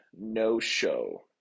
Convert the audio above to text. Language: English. no-show